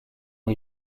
des